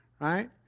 right